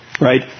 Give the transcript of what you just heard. Right